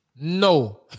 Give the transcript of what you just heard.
No